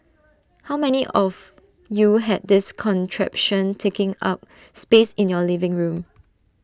how many of you had this contraption taking up space in your living room